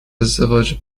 ازدواج